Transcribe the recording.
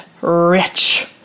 rich